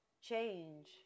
change